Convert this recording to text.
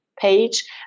Page